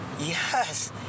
yes